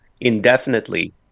indefinitely